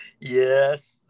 yes